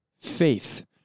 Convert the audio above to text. faith